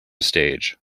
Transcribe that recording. stage